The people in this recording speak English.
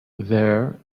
there